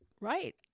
Right